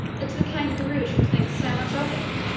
that the kangaroo should think so much of it.